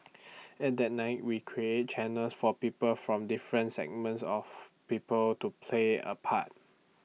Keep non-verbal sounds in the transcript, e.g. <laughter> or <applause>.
<noise> in that night we created channels for people from different segments of people to play A part